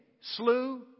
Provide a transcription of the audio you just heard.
slew